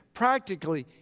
practically,